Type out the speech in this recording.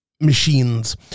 machines